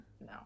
no